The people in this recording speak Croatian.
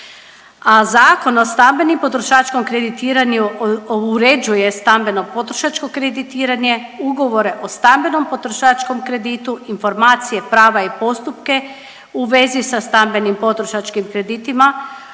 A Zakon o stambenom potrošačkom kreditiranju uređuje stambeno potrošačko kreditiranje, ugovore o stambenom potrošačkom kreditu, informacije prava i postupke u vezi sa stambenim potrošačkim kreditima,